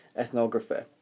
ethnographer